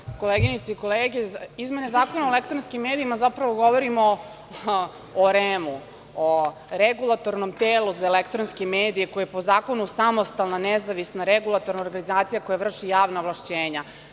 Uvažene koleginice i kolege, izmene Zakona o elektronskim medijima, zapravo govorimo o REM-u, o Regulatornom telu za elektronske medije koje je po zakonu samostalna nezavisna regulatorna organizacija koja vrši javna ovlašćenja.